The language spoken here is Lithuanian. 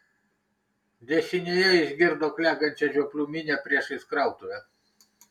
dešinėje išgirdo klegančią žioplių minią priešais krautuvę